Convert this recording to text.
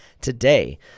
today